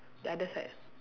the other side